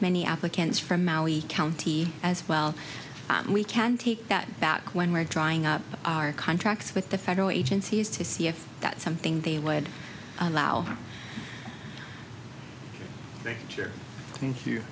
many applicants from mally county as well and we can take that back when we're drawing up our contracts with the federal agencies to see if that's something they would allow thank you thank you